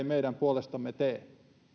meidän puolestamme tee